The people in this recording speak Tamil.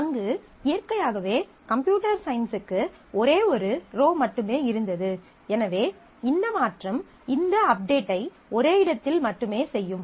அங்கு இயற்கையாகவே கம்ப்யூட்டர் சயின்ஸ்க்கு ஒரே ஒரு ரோ மட்டுமே இருந்தது எனவே இந்த மாற்றம் இந்த அப்டேட்டை ஒரே இடத்தில் மட்டுமே செய்யும்